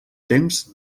temps